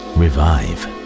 revive